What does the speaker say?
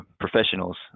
professionals